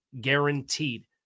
guaranteed